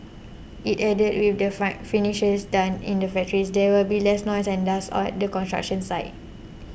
it added with the finishes done in the factories there will be less noise and dust at the construction site